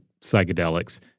psychedelics